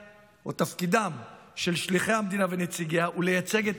תפקידם של שליחי המדינה ונציגיה הוא לייצג את